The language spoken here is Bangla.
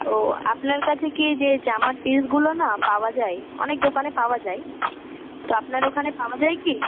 ও আপনার কাছে কি যে জামার পিসগুলো না পাওয়া যায় অনেক দোকানে পাওয়া যায় তো আপনার ওখানে পাওয়া যায় কি